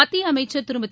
மத்திய அமைச்சர் திருமதி